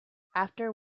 after